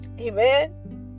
Amen